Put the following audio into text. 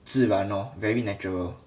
自然 lor very natural